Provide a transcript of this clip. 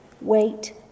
Wait